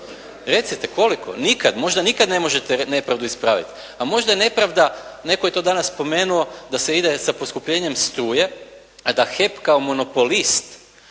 Recite koliko? Nikad. Možda nikad ne možete nepravdu ispraviti. A možda je nepravda, netko je to danas spomenuo da se ide sa poskupljenjem struje, a da HEP kao monopolist